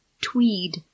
Tweed